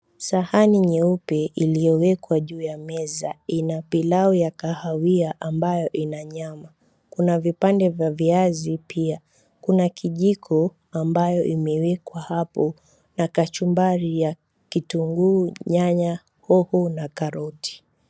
Sahani nyeupe iliyowekwa juu ya meza ina pilau ya kahawia ambayo ina nyama. Kuna vipande vya viazi pia. Kuna kijiko ambayo imewekwa hapo na kachumbari ya kitunguu, nyanya, hoho na karoti.